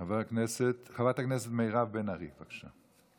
חברת הכנסת מירב בן ארי, בבקשה.